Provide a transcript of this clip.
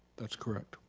that's correct.